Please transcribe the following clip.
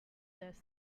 this